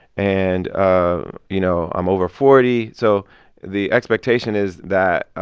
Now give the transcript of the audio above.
and ah you know, i'm over forty. so the expectation is that,